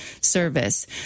service